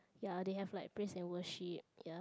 ya they have like praise and worship ya